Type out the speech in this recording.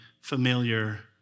familiar